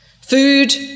Food